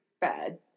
bad